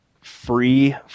free